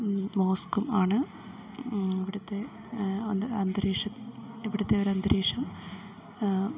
മോസ്കും ആണ് ഇവിടുത്തെ അന്തരീക്ഷ ഇവിടുത്തെ ഒരന്തരീക്ഷം